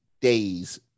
days